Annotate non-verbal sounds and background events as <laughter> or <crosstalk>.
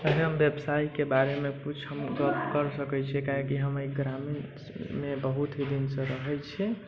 <unintelligible> व्यवसाय के बारे मे किछु हम गप कर सकै छी काहेकि हम एहि ग्रामीण मे बहुत ही दिन से रहै छी